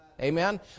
Amen